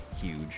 huge